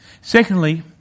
Secondly